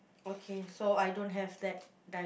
okay so I don't have that di~